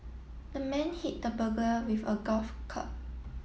the man hit the burglar with a golf cub